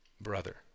brother